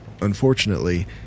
Unfortunately